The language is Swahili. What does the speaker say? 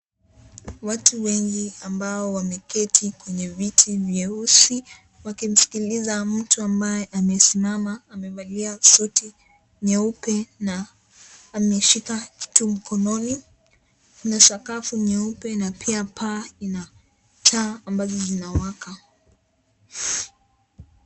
Watu wengi ambao wameketi kwenye viti vyeusi wakimsikiliza mtu ambaye amesimama amevalia suti nyeupe na ameshika kitu mkononi kuna sakafu nyeupe na pia paa ina taa ambazo zinawaka.